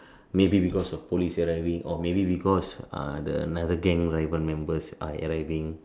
maybe because of police gathering or maybe because uh the another gang members are arriving